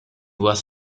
was